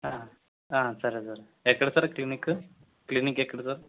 సరే సార్ ఎక్కడ sir clinic clinic ఎక్కడ సార్